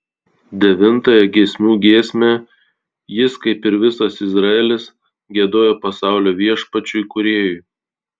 devintąją giesmių giesmę jis kaip ir visas izraelis giedojo pasaulio viešpačiui kūrėjui